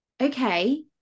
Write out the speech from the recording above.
okay